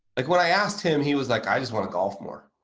like when i asked him, he was like, i just want to golf more,